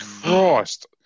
Christ